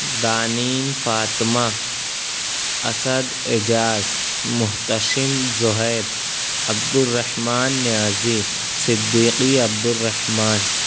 Danin Fatima Asad Ejaz Mohtasham Zohaib Abdur Rahman Niazi Siddiqui Abdur Rahman